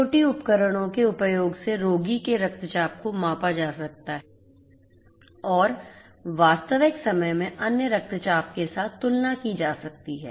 IIoT उपकरणों के उपयोग से रोगी के रक्तचाप को मापा जाता है और वास्तविक समय में अन्य रक्तचाप के साथ तुलना की जाती है